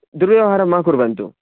दुर्व्यवहारं मा कुर्वन्तु